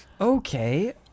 Okay